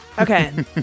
Okay